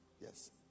Yes